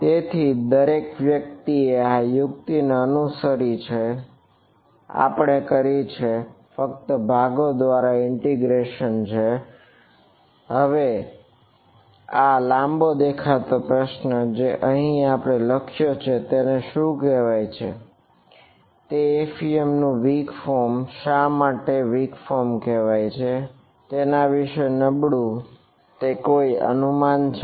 તેથી દરેક વ્યક્તિએ આ યુક્તિને અનુસરી છે જે આપણે કરી છે તે ફક્ત ભાગો દ્વારા ઇન્ટિગ્રેશન કહેવાય છે તેના વિશે શું નબળું છે તે કોઈ અનુમાન છે